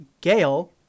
Gail